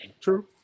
True